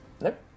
Nope